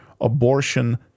abortion